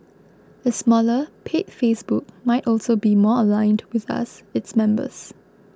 a smaller paid Facebook might also be more aligned with us its members